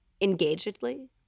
engagedly